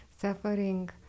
Suffering